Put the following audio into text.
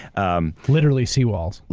um literally sea walls.